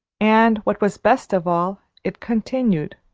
and, what was best of all, it continued.